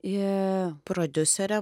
ir prodiuserė